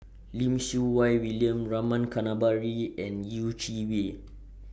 Lim Siew Wai William Rama Kannabiran and Yeh Chi Wei